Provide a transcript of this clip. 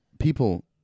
people